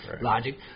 Logic